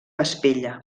vespella